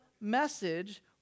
message